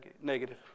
negative